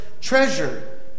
treasure